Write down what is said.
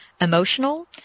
emotional